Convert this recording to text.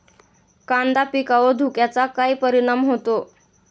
कांदा पिकावर धुक्याचा काय परिणाम होतो?